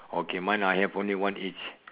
okay mine I have only one each